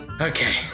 Okay